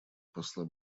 посла